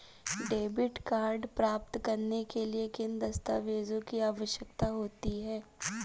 Debit card प्राप्त करने के लिए किन दस्तावेज़ों की आवश्यकता होती है?